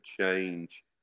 change